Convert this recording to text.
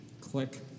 Click